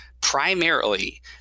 primarily